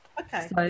Okay